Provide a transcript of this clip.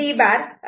B